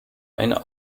eine